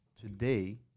today